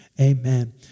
Amen